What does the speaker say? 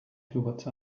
towards